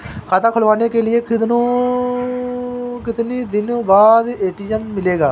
खाता खुलवाने के कितनी दिनो बाद ए.टी.एम मिलेगा?